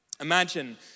Imagine